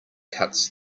cuts